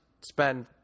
spend